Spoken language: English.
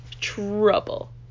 Trouble